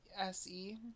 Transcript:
SE